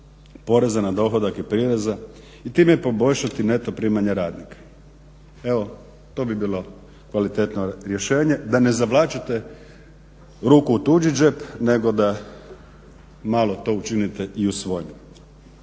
poreza na dohodak i prireza i time poboljšati neto primanja radnika. Evo to bi bilo kvalitetno rješenje da ne zavlačite ruku u tuđi džep, nego da malo to učinite i u svojem.